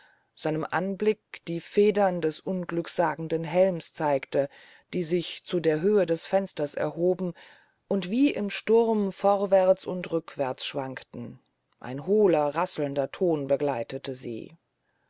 seinem anblick die federn des unglücksweissagenden helms zeigte die sich zu der höhe der fenster erhoben und wie im sturm vorwärts und rückwärts schwankten ein holer rasselnder ton begleitete sie